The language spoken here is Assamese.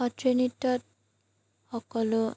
সত্ৰীয়া নৃত্যত সকলো